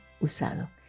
Usado